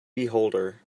beholder